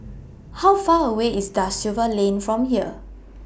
How Far away IS DA Silva Lane from here